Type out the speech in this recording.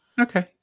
Okay